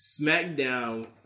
SmackDown